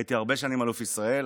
הייתי הרבה שנים אלוף ישראל.